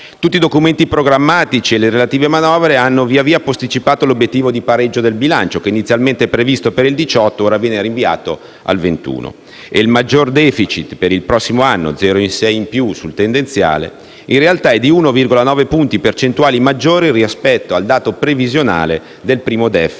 Tutti i documenti programmatici, e le relative manovre, hanno via via posticipato l'obiettivo del pareggio di bilancio che, inizialmente previsto per il 2018, viene ora rinviato al 2021. E il maggior *deficit* per il prossimo anno (0,6 in più sul tendenziale), in realtà è di 1,9 punti percentuali maggiore rispetto al dato previsionale del primo DEF